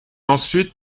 ensuite